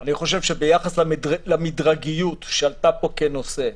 אני חושב שביחס למדרגיות שעלתה פה כנושא,